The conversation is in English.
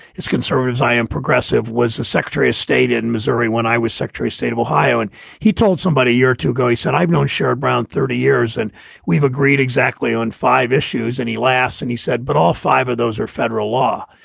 it's conservatives. i am progressive, was the secretary of state in missouri when i was secretary of state of ohio. and he told somebody a year or two ago, he said, i've known sherrod brown thirty years and we've agreed exactly on five issues. and he laughs. and he said, but all five of those are federal law,